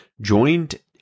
joined